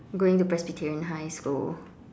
going to presbyterian high school